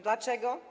Dlaczego?